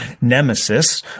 Nemesis